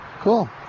Cool